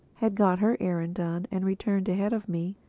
had got her errand done and returned ahead of me,